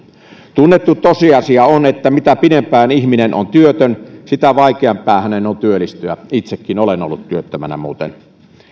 tunnettu tosiasia on että mitä pidempään ihminen on työtön sitä vaikeampaa on hänen työllistyä itsekin olen ollut muuten työttömänä